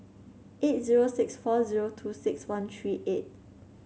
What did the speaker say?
eight zero six four zero two six one three eight